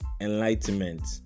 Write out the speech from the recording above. enlightenment